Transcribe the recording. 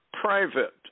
private